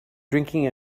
drinking